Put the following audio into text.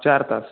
चार तास